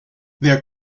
their